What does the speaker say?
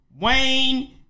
Wayne